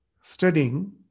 studying